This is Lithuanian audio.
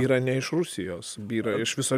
yra ne iš rusijos byra iš viso